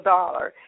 Dollar